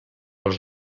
els